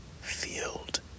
field